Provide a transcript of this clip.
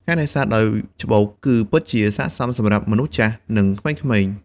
ការនេសាទដោយច្បូក គឺពិតជាស័ក្ដិសមសម្រាប់មនុស្សចាស់ និងក្មេងៗ។